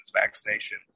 vaccination